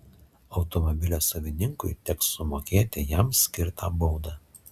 automobilio savininkui teks sumokėti jam skirtą baudą